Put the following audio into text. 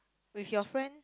with your friend